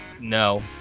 no